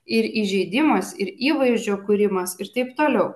ir įžeidimas ir įvaizdžio kūrimas ir taip toliau